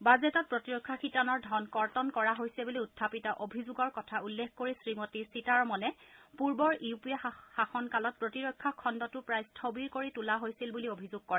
বাজেটত প্ৰতিৰক্ষা শিতানৰ ধন কৰ্তন কৰা হৈছে বুলি উখাপিত অভিযোগৰ কথা উল্লেখ কৰি শ্ৰীমতী সীতাৰমণে পূৰ্বৰ ইউ পি এ ৰ শাসন কালত প্ৰতিৰক্ষা খণ্ডটো প্ৰায় স্থবিৰ কৰি তুলা হৈছিল বুলি অভিযোগ কৰে